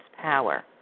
power